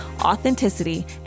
authenticity